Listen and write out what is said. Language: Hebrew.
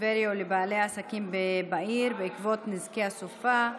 לטבריה ולבעלי העסקים בעיר בעקבות נזקי הסופה,